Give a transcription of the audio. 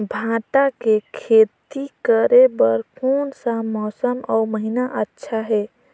भांटा के खेती करे बार कोन सा मौसम अउ महीना अच्छा हे?